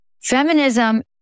Feminism